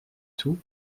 tout